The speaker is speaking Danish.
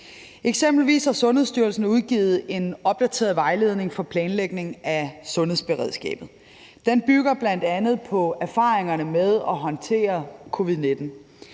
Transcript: Eksempelvis har Sundhedsstyrelsen udgivet en opdateret vejledning for planlægningen af sundhedsberedskabet. Den bygger bl.a. på erfaringerne med at håndtere covid-19.